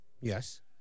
Yes